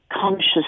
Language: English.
conscious